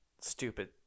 Stupid